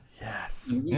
yes